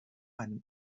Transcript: einen